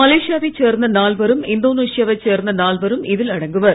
மலேசியாவை சேர்ந்த நால்வரும் இந்தோனேஷியாவை சேர்ந்த நால்வரும் இதில் அடங்குவர்